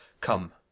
come,